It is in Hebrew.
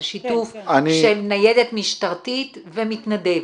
על שיתוף של ניידת משטרתית ומתנדב.